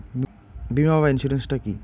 বিমা বা ইন্সুরেন্স টা কি?